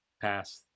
passed